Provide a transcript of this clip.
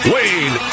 Wayne